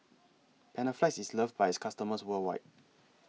Panaflex IS loved By its customers worldwide